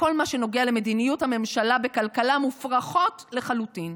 בכל מה שנוגע למדיניות הממשלה בכלכלה מופרכות לחלוטין.